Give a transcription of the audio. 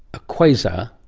a quasar,